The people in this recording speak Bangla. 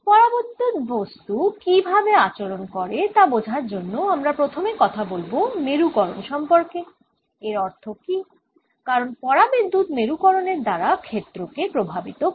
পরাবিদ্যুৎ বস্তু কীভাবে আচরণ করে তা বোঝার জন্য আমরা প্রথমে কথা বলব মেরুকরণ সম্পর্কে এর অর্থ কী কারণ পরাবিদ্যুৎ মেরুকরণের দ্বারা ক্ষেত্রকে প্রভাবিত করে